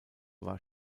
war